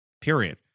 period